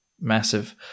massive